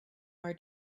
our